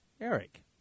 Eric